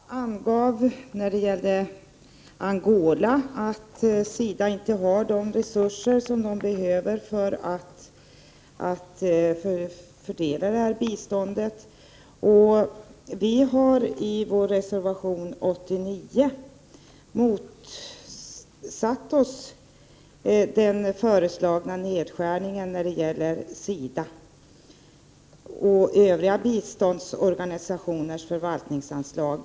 Herr talman! Axel Andersson angav när det gällde Angola att SIDA inte har de resurser som det behöver för att fördela biståndet. Vi har i vår reservation nr 89 motsatt oss den föreslagna nedskärningen av SIDA:s och Övriga biståndsorganisationers förvaltningsanslag.